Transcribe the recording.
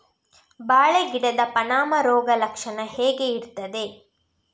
ಬಾಳೆ ಗಿಡದ ಪಾನಮ ರೋಗ ಲಕ್ಷಣ ಹೇಗೆ ಇರ್ತದೆ?